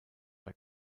bei